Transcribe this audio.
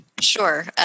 Sure